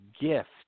gift